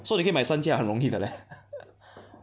so 你可以买三驾很容易的 leh